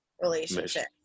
relationship